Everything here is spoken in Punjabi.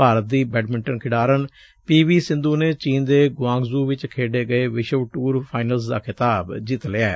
ਭਾਰਤ ਦੀ ਬੈਡਮੰਟਨ ਖਿਡਾਰਨ ਪੀ ਵੀ ਸੰਧੁ ਨੇ ਚੀਨ ਦੇ ਗੁਆਂਗਸੁ ਚ ਖੇਡੇ ਗਏ ਵਿਸ਼ਵ ਟੁਰ ਫਾਈਨਲਜ਼ ਦਾ ਖਿਤਾਬ ਜਿੱਤ ਲਿਆ ਏ